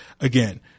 again